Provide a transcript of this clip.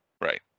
right